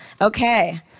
Okay